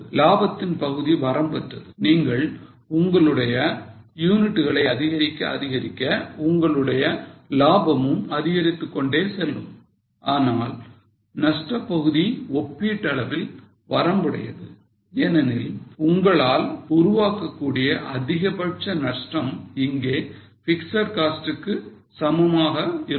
லாபத்தின் பகுதி வரம்பற்றது நீங்கள் உங்களுடைய யூனிட்டுகளை அதிகரிக்க அதிகரிக்க உங்களுடைய லாபமும் அதிகரித்துக் கொண்டே செல்லும் ஆனால் நஷ்ட பகுதி ஒப்பீட்டளவில் வரம்புடையது ஏனெனில் உங்களால் உருவாக்கக்கூடிய அதிகபட்ச நஷ்டம் இங்கே பிக்ஸட் காஸ்ட்க்கு சமமாக இருக்கும்